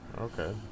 Okay